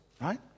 right